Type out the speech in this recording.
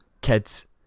kids